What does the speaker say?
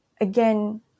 again